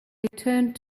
turned